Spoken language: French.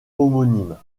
homonyme